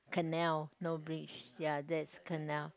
canal no bridge ya that is canal